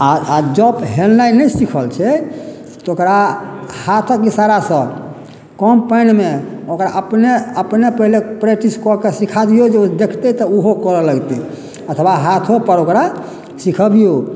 आ आ जब हेलनाइ नहि सिखल छै तऽ ओकरा हाथक इसारासँ कम पानिमे ओकरा अपने अपने पहिले प्रैक्टिस कऽ के सिखा दियौ जे देखतै तऽ ओहो करऽ लगतै अथवा हाथो पर ओकरा सिखबियौ